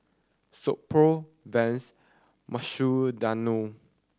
So Pho Vans Mukshidonna